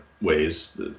ways